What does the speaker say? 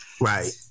Right